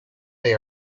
they